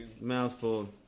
Mouthful